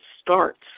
starts